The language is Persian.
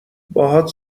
باهات